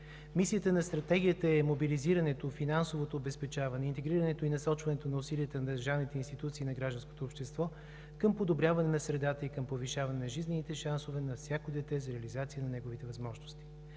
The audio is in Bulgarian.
Мисията на Стратегията е мобилизирането, финансовото обезпечаване, интегрирането и насочването на усилията на държавните институции и на гражданското общество към подобряване на средата, към повишаване на жизнените шансове на всяко дете за реализация на неговите възможности.